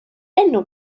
enw